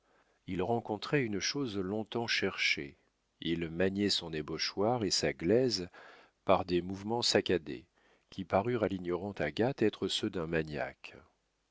il rencontrait une chose long-temps cherchée il maniait son ébauchoir et sa glaise par des mouvements saccadés qui parurent à l'ignorante agathe être ceux d'un maniaque